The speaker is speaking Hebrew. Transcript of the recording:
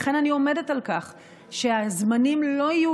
לכן אני עומדת על כך שבזמנים לא יהיו